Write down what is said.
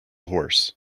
horse